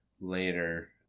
later